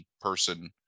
person